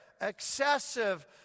excessive